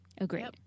Agreed